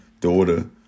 daughter